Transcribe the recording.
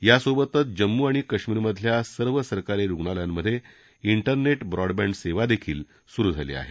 यासोबतच जम्मू आणि काश्मीरमधल्या सर्व सरकारी रुग्णालयांमधे इंटरनेट ब्रॉडबँडसेवादेखील सुरु झाली आहे